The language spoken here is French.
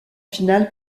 finale